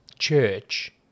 Church